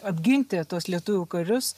apginti tuos lietuvių karius